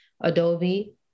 Adobe